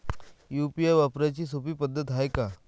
UPI वापराची सोपी पद्धत हाय का?